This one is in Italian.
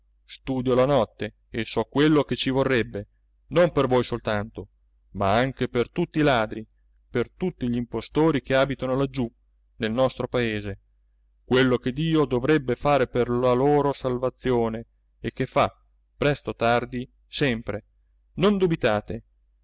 studio la notte e so quello che ci vorrebbe non per voi soltanto ma anche per tutti i ladri per tutti gl'impostori che abitano laggiù nel nostro paese quello che dio dovrebbe fare per la loro salvazione e che fa presto o tardi sempre non dubitate